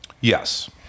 Yes